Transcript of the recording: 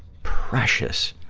precious